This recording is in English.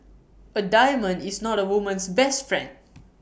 A diamond is not A woman's best friend